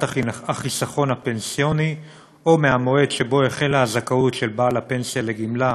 החיסכון הפנסיוני או מהמועד שבו החלה הזכאות של בעל הפנסיה לגמלה,